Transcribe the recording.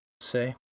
Say